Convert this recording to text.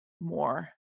more